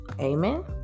Amen